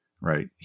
right